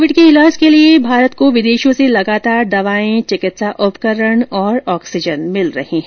Covid के इलाज के लिए भारत को विदेशों से लगातार दवाएं चिकित्सा उपकरण और ऑक्सीजन मिल रहे हैं